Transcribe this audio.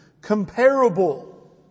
comparable